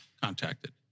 contacted